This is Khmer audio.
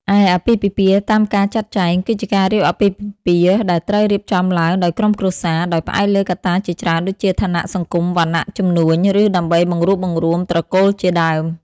ឯអាពាហ៍ពិពាហ៍តាមការចាត់ចែង គឺជាការរៀបអាពាហ៍ពិពាហ៍ដែលត្រូវបានរៀបចំឡើងដោយក្រុមគ្រួសារ ដោយផ្អែកលើកត្តាជាច្រើនដូចជា ឋានៈសង្គម វណ្ណៈ ជំនួញ ឬដើម្បីបង្រួបបង្រួមត្រកូលជាដើម។